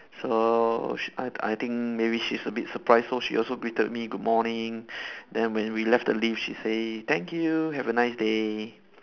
so she I I think maybe she's a bit surprised so she also greeted me good morning then when we left the lift she say thank you have a nice day